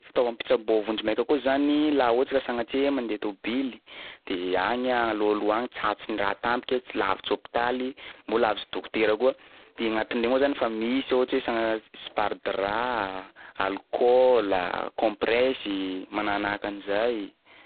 Fitaovam-pitsaboa vonjimaiky koa zany laha ohatsy ka sagnatria iha mandeha tôbily de agny alohaloha agny tratsin-draha tampoky iha tsy lavitsy hôpitaly mbo lavitsy dokotera koa de agnatin'regny ao zany fa misy ohatsy hoe sagna- sparadrap, alcool a, compressy manahanahaka an'zay.